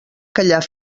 callar